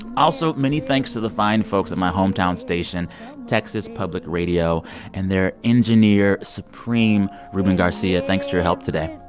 also, many thanks to the fine folks at my hometown station texas public radio and their engineer supreme ruben garcia. thanks for your help today.